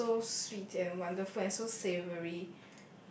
so sweet and wonderful and so savoury